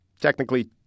technically